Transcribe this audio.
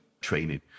training